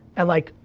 and like,